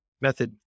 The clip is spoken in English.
method